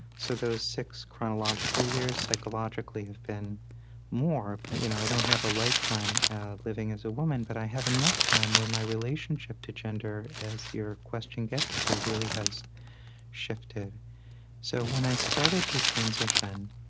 so those six chronological years, psychologically have been more. you know i don't have a lifetime living as a woman, but i have enough time where my relationship to gender, as your question gets to, really has shifted so when i started to transition,